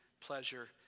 pleasure